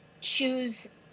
choose